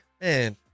man